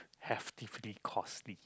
heftily costly